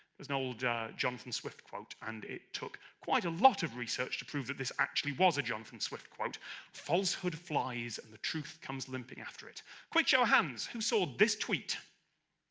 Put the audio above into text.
there's an old jonathan swift quote, and it took quite a lot of research to prove that this actually was a jonathan swift quote falsehood flies and the truth comes limping after it quick show of hands, who saw this tweet?